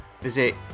visit